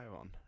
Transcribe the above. on